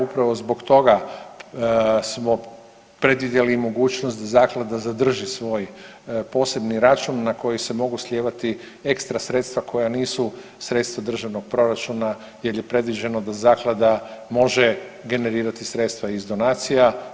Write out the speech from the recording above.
Upravo zbog toga smo predvidjeli i mogućnost da zaklada zadrži svoj posebni račun na koji se mogu slijevati ekstra sredstva koja nisu sredstva državnog proračuna jel je predviđeno da zaklada može generirati sredstva iz donacija.